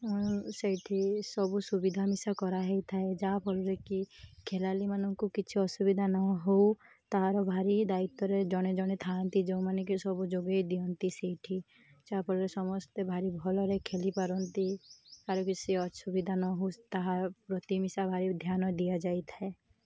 ସେଇଠି ସବୁ ସୁବିଧା ମିଶା କରାହେଇଥାଏ ଯାହାଫଳରେ କି ଖେଳାଳିମାନଙ୍କୁ କିଛି ଅସୁବିଧା ନ ହଉ ତା'ର ଭାରି ଦାୟିତ୍ୱରେ ଜଣେ ଜଣେ ଥାଆନ୍ତି ଯେଉଁମାନଙ୍କ ସବୁ ଯୋଗାଇ ଦିଅନ୍ତି ସେଇଠି ଯାହାଫଳରେ ସମସ୍ତେ ଭାରି ଭଲରେ ଖେଳିପାରନ୍ତି ଆହାର କିଛି ଅସୁବିଧା ନ ହଉ ତାହା ପ୍ରତି ମିିଶା ଭାରି ଧ୍ୟାନ ଦିଆଯାଇଥାଏ